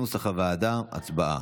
הצבעה.